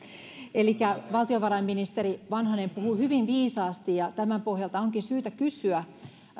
elikkä valtiovarainministeri vanhanen puhuu hyvin viisaasti ja tämän pohjalta onkin syytä kysyä